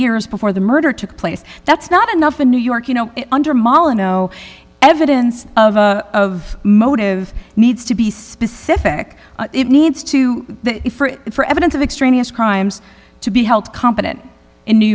years before the murder took place that's not enough in new york you know under mala no evidence of a of motive needs to be specific it needs to for evidence of extraneous crimes to be held competent in new